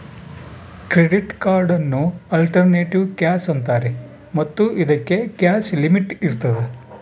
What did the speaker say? credit ಕಾರ್ಡನ್ನು alternative cash ಅಂತಾರೆ ಮತ್ತು ಇದಕ್ಕೆ ಕ್ಯಾಶ್ ಲಿಮಿಟ್ ಇರ್ತದ